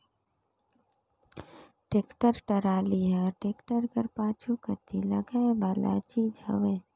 tractor trolley हर tractor कर पाछू कती लगाए वाला चीज हवे